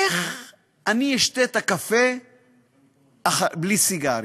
איך אני אשתה את הקפה בלי סיגריה?